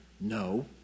No